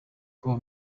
kuva